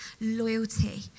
loyalty